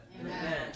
Amen